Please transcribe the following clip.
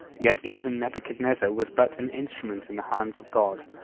yet even nebuchadnezzar was but an instrument in the hands of god,